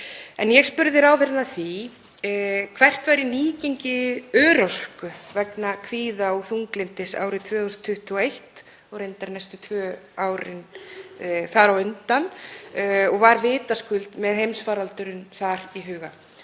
Ég spurði ráðherrann að því hvert væri nýgengi örorku vegna kvíða og þunglyndis árið 2021 og reyndar árin tvö þar á undan og var vitaskuld með heimsfaraldurinn þar í huga.